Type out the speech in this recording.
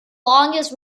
longest